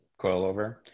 coilover